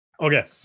Okay